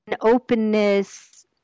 openness